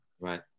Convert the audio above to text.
Right